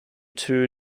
two